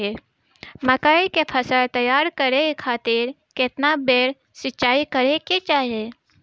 मकई के फसल तैयार करे खातीर केतना बेर सिचाई करे के चाही?